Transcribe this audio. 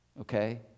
okay